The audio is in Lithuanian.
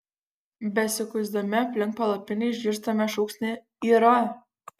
besikuisdami aplink palapinę išgirstame šūksnį yra